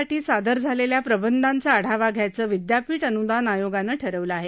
साठी सादर झालेल्या प्रबंधांचा आढावा घ्यायचं विद्यापीठ अनुदान आयोगानं ठरवलं आहे